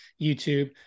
YouTube